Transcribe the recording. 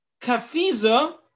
kafiza